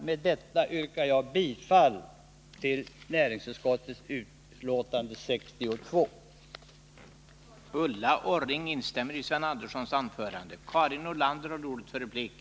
Med detta yrkar jag bifall till näringsutskottets betänkande 62.